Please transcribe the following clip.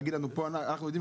להגיד לנו 'אנחנו יודעים,